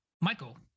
Michael